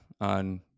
on